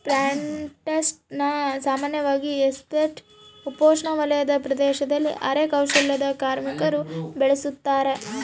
plantations ಸಾಮಾನ್ಯವಾಗಿ estate ಉಪೋಷ್ಣವಲಯದ ಪ್ರದೇಶದಲ್ಲಿ ಅರೆ ಕೌಶಲ್ಯದ ಕಾರ್ಮಿಕರು ಬೆಳುಸತಾರ